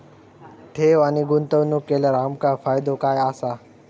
ठेव आणि गुंतवणूक केल्यार आमका फायदो काय आसा?